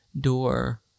door